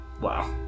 Wow